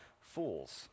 fools